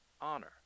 Honor